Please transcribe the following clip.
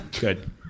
Good